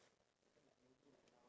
because